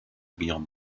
beyond